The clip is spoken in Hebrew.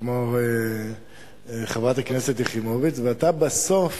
כמו חברת הכנסת יחימוביץ, ואתה בסוף